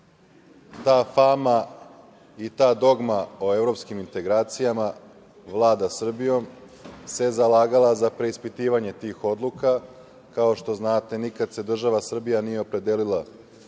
ta fama i ta dogma o evropskim integracijama vlada Srbijom, zalaže za preispitivanje tih odluka. Kao što znate nikada se država Srbija nije opredelila za